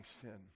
sin